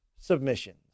submissions